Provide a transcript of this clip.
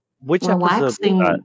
relaxing